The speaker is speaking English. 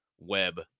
web